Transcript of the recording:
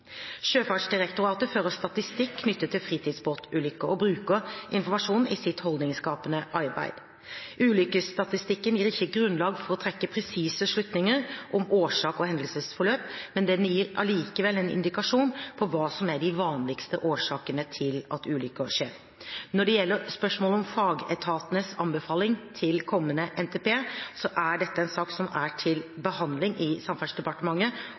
Sjøfartsdirektoratet fører statistikk knyttet til fritidsbåtulykker og bruker informasjonen i sitt holdningsskapende arbeid. Ulykkesstatistikken gir ikke grunnlag for å trekke presise slutninger om årsak og hendelsesforløp, men den gir allikevel en indikasjon på hva som er de vanligste årsakene til at ulykker skjer. Når det gjelder spørsmålet om fagetatenes anbefaling til kommende NTP, er dette en sak som er til behandling i Samferdselsdepartementet